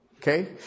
Okay